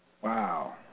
Wow